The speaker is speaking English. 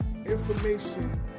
information